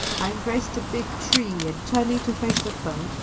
i embraced a big tree, and turning to face the foe,